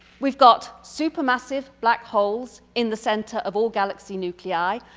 we've got supper massive black holes in the center of all galaxy nuclei.